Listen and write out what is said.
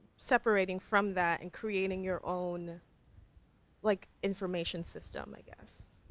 separating from that and creating your own like information system, i guess.